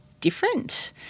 different